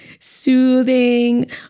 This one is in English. Soothing